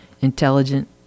Intelligent